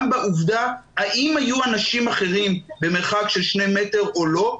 בעובדה האם היו אנשים אחרים במרחק של שני מטרים או לא,